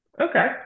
Okay